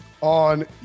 on